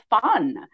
fun